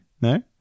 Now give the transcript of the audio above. No